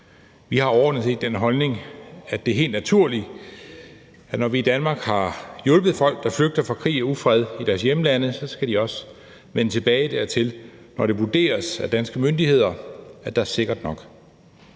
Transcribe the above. Vi har overordnet set den holdning, at det er helt naturligt, at når vi i Danmark har hjulpet folk, der flygter fra krig og ufred i deres hjemlande, så skal de også vende tilbage dertil, når det vurderes af danske myndigheder, at der er sikkert nok.